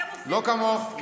לא כמוך.